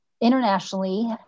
internationally